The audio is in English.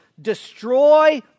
destroy